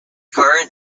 current